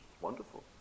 Wonderful